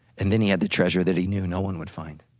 and then he had the treasure that he knew no one would find.